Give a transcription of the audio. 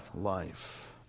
life